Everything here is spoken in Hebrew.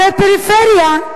הרי בפריפריה,